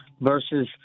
versus